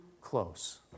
close